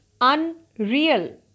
unreal